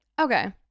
okay